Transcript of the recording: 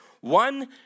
One